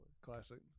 Classic